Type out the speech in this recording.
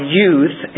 youth